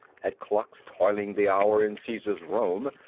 had clocks tolling the hour in caesar's rome,